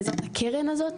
בעזרת הקרן הזאת